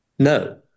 No